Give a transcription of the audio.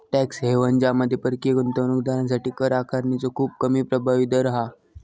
tax haven ज्यामध्ये परकीय गुंतवणूक दारांसाठी कर आकारणीचो खूप कमी प्रभावी दर हा